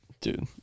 dude